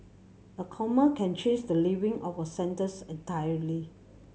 a comma can change the leaving of a sentence entirely